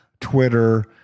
Twitter